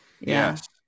Yes